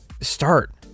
start